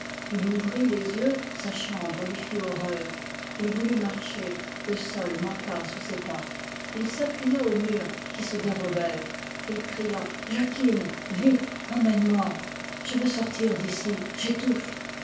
il ouvrit les yeux sa chambre lui fit horreur il voulut marcher le sol manqua sous ses pas il s'appuya aux murs qui se dérobent il cria jacquine vite emmène-moi je veux sortir d'ici j'étouffe